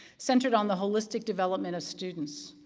centered on the holistic development of students.